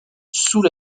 sous